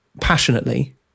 passionately